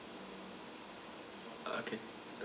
uh okay